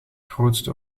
grootste